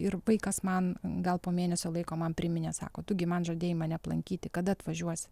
ir vaikas man gal po mėnesio laiko man priminė sako tu gi man žadėjai mane aplankyti kad atvažiuosi